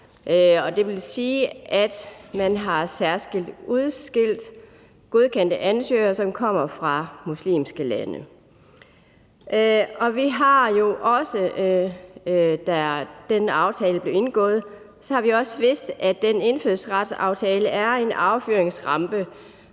det vil sige, at man særskilt har udskilt godkendte ansøgere, som kommer fra muslimske lande. Vi har jo også, da denne aftale blev indgået, vidst, at den indfødsretsaftale er en affyringsrampe